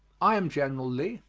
i am general lee.